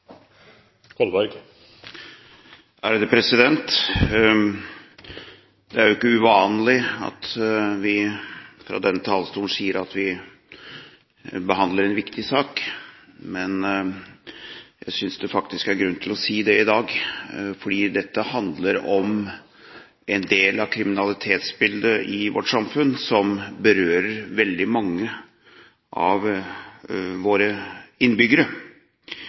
ikke uvanlig at vi fra denne talerstolen sier at vi behandler en viktig sak, men jeg synes faktisk det er grunn til å si det i dag, fordi dette handler om en del av kriminalitetsbildet i vårt samfunn som berører veldig mange av våre innbyggere.